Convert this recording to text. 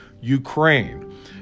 Ukraine